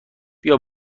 بیا